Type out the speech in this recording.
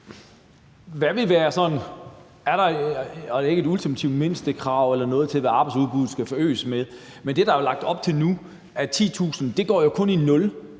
fuldstændig enig i. Er der ikke et ultimativt mindstekrav eller noget til, hvad arbejdsudbuddet skal øges med? Det, der er lagt op til nu, med 10.000, går jo kun i nul.